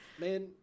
Man